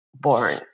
born